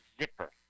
Zipper